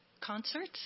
concerts